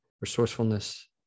resourcefulness